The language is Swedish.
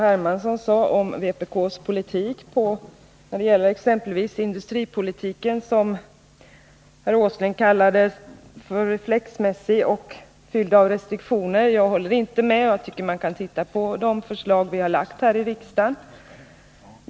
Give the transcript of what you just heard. Hermansson sade om vänsterpartiet kommunisternas industripolitik, som herr Åsling kallade reflexmässig och fylld av restriktioner. Jag håller inte med honom, och jag tycker att herr Åsling skall titta på de förslag som vi har lagt här i kammaren.